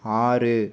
ஆறு